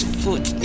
foot